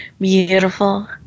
beautiful